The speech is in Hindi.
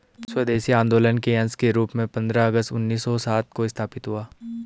स्वदेशी आंदोलन के अंश के रूप में पंद्रह अगस्त उन्नीस सौ सात को स्थापित हुआ